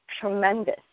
tremendous